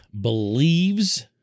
believes